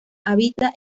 habita